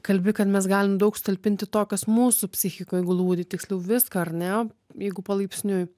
kalbi kad mes galim daug sutalpinti to kas mūsų psichikoj glūdi tiksliau viską ar ne jeigu palaipsniui